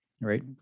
right